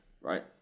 right